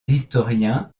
historiens